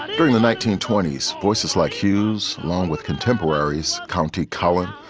and during the nineteen twenty s, voices like hughes, along with contemporaries county, cullen,